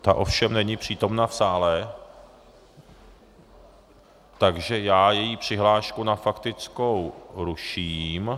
Ta ovšem není přítomna v sále, takže já její přihlášku na faktickou ruším.